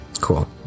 Cool